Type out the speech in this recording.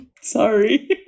Sorry